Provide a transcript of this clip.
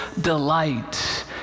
delight